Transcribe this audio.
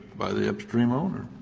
by the upstream owner?